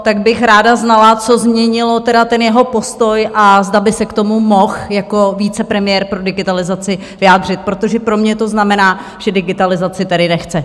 Tak bych ráda znala, co změnilo tedy ten jeho postoj a zda by se k tomu mohl jako vicepremiér pro digitalizaci vyjádřit, protože pro mě to znamená, že digitalizaci tedy nechce.